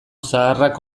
zaharrak